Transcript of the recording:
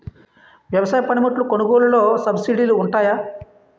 వ్యవసాయ పనిముట్లు కొనుగోలు లొ సబ్సిడీ లు వుంటాయా?